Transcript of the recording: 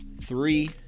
Three